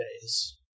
days